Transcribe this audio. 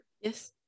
Yes